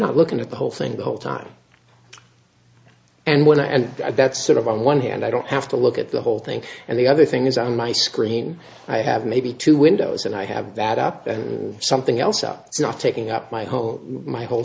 not looking at the whole thing the whole time and when i and that's sort of on one hand i don't have to look at the whole thing and the other thing is on my screen i have maybe two windows and i have that up and something else up it's not taking up my whole my whole